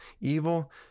evil